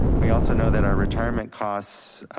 we also know that our retirement costs,